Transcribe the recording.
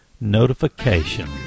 notification